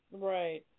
Right